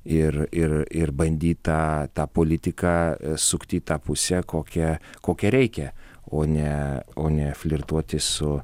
ir ir ir bandyt tą tą politiką sukti į tą pusę kokią kokią reikia o ne o ne flirtuoti su